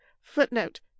footnote